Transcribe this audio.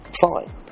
fine